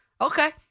Okay